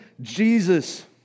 Jesus